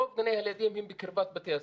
רוב גני הילדים הם בקרבת בתי הספר.